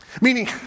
Meaning